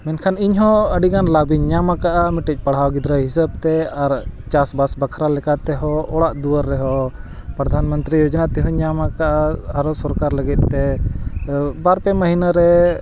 ᱢᱮᱱᱠᱷᱟᱱ ᱤᱧ ᱦᱚᱸ ᱟᱹᱰᱤ ᱜᱟᱱ ᱞᱟᱵᱷ ᱤᱧ ᱧᱟᱢ ᱠᱟᱜᱼᱟ ᱢᱤᱫᱴᱤᱡ ᱯᱟᱲᱦᱟᱣ ᱜᱤᱫᱽᱨᱟᱹ ᱦᱤᱥᱟᱹᱵᱽ ᱛᱮ ᱟᱨ ᱪᱟᱥ ᱵᱟᱥ ᱵᱟᱠᱷᱨᱟ ᱞᱮᱠᱟᱛᱮ ᱦᱚᱸ ᱚᱲᱟᱜ ᱫᱩᱣᱟᱹᱨ ᱨᱮᱦᱚᱸ ᱯᱨᱚᱫᱷᱟᱱ ᱢᱚᱱᱛᱨᱤ ᱡᱳᱡᱚᱱᱟ ᱛᱮᱦᱚᱸᱧ ᱧᱟᱢ ᱠᱟᱜᱼᱟ ᱟᱨᱚ ᱥᱚᱨᱠᱟᱨ ᱞᱟᱹᱜᱤᱫ ᱛᱮ ᱵᱟᱨ ᱯᱮ ᱢᱟᱹᱦᱱᱟ ᱨᱮ